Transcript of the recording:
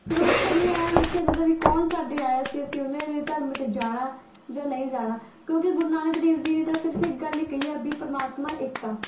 ਫਿਰ ਉੱਥੇ ਵੀ ਐਂ ਵੇਖਿਆ ਜਾਂਦਾ ਵੀ ਕੌਣ ਸਾਡੇ ਆਇਆ ਸੀ ਅਸੀਂ ਉਹਨਾਂ ਦੇ ਧਰਮ 'ਚ ਜਾਣਾ ਜਾਂ ਨਹੀਂ ਜਾਣਾ ਕਿਉਂਕਿ ਗੁਰੂ ਨਾਨਕ ਦੇਵ ਜੀ ਨੇ ਤਾਂ ਸਿਰਫ ਇੱਕ ਗੱਲ ਹੀ ਕਹੀ ਹੈ ਵੀ ਪਰਮਾਤਮਾ ਇੱਕ ਆ